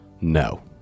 no